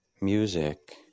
music